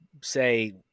say